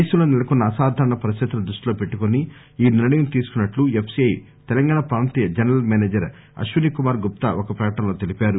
దేశంలో నెలకొన్న అసాధారణ పరిస్దితులను దృష్టిలో పెట్టుకుని ఈ నిర్ణయం తీసుకున్నట్లు ఎఫ్ సి ఐ తెలంగాణ ప్రాంతీయ జనరల్ మెనేజర్ అశ్విని కుమార్ గుప్తా ఒక ప్రకటనలో తెలిపారు